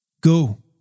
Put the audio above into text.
Go